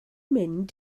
mynd